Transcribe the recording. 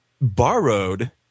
Borrowed